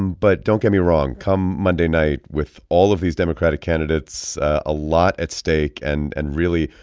and but don't get me wrong. come monday night, with all of these democratic candidates, a lot at stake and and, really,